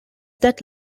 that